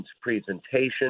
presentation